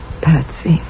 Patsy